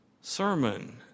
sermon